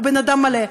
הוא בן אדם מלא,